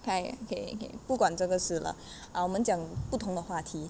okay okay okay 不管这个事了 uh 我们讲不同的话题